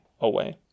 away